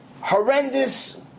horrendous